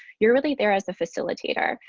you're really there as the facilitator.